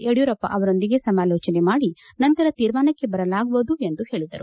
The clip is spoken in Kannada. ಯಡಿಯೂರಪ್ಪ ಅವರೊಂದಿಗೆ ಸಮಾಲೋಚನೆ ಮಾಡಿ ನಂತರ ತೀರ್ಮಾನಕ್ಕೆ ಬರಲಾಗುವುದು ಎಂದು ಹೇಳಿದರು